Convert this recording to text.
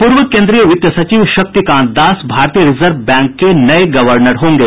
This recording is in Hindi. पूर्व केन्द्रीय वित्त सचिव शक्तिकांत दास भारतीय रिजर्व बैंक के नये गवर्नर होंगे